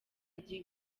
igihe